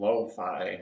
Lo-fi